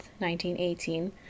1918